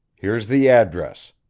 here's the address.